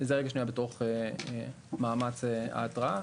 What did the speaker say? זה רגע בתוך מאמץ ההרתעה,